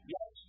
Yes